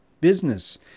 business